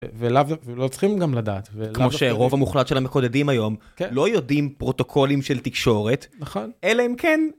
ולא צריכים גם לדעת כמו שרוב המוחלט של המקודדים היום לא יודעים פרוטוקולים של תקשורת אלא אם כן.